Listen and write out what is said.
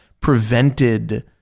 prevented